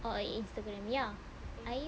oh at instagram ya